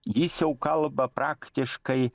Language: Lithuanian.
jis jau kalba praktiškai